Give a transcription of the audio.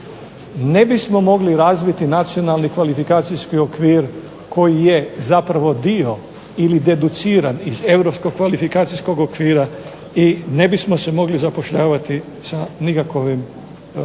ne bismo mogli razviti nacionalni kvalifikacijski okvir koji je zapravo dio ili deduciran iz europskog kvalifikacijskog okvira i ne bismo se mogli zapošljavati sa nikakvim,